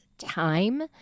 time